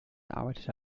arbeitete